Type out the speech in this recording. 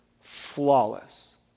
flawless